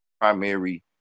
primary